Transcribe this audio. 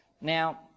Now